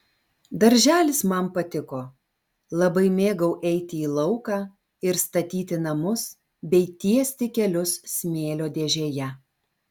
darželis man patiko labai mėgau eiti į lauką ir statyti namus bei tiesti kelius smėlio dėžėje